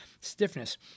stiffness